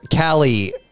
Callie